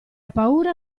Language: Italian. paura